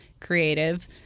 creative